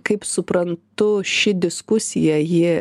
kaip suprantu ši diskusija ji